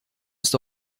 ist